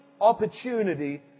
opportunity